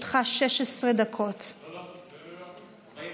בעד ג'אבר עסאקלה, בעד